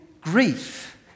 grief